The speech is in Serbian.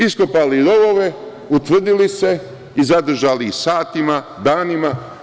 Iskopali rovove, utvrdili se i zadržali ih satima, danima.